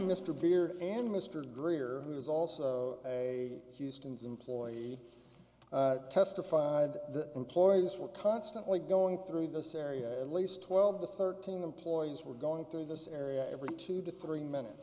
mr beard and mr greer who is also a houston's employee testified that employees were constantly going through this area at least twelve to thirteen employees were going through this area every two to three minutes